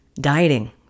dieting